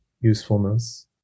usefulness